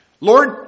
Lord